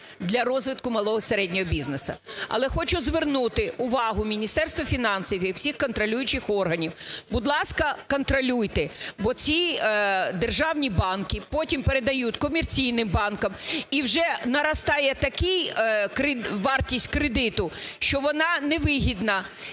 для розвитку малого і середнього бізнесу. Але хочу звернути увагу Міністерства фінансів і всіх контролюючих органів. Будь ласка, контролюйте, бо ці державні банки потім передають комерційним банкам, і вже наростає така вартість кредиту, що вона невигідна